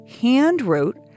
hand-wrote